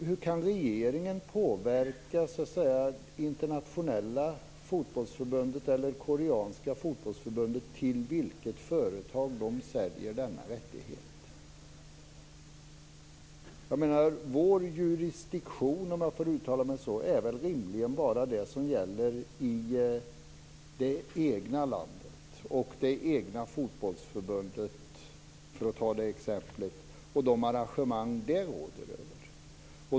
Hur kan regeringen påverka till vilket företag det internationella fotbollsförbundet eller det koreanska fotbollsförbundet säljer denna rättighet? Vår jurisdiktion är väl rimligen bara det som gäller i det egna landet och det egna fotbollsförbundet, för att ta det exemplet, och de arrangemang det råder över.